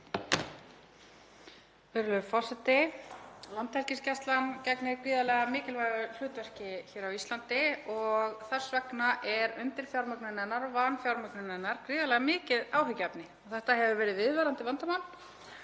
Virðulegur forseti. Landhelgisgæslan gegnir gríðarlega mikilvægu hlutverki hér á Íslandi og þess vegna er undirfjármögnun hennar, vanfjármögnun, gríðarlega mikið áhyggjuefni. Þetta hefur verið viðvarandi vandamál